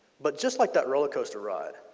but just like that roller coaster ride,